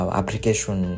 application